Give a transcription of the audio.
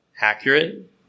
accurate